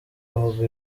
avuga